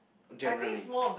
generally